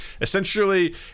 essentially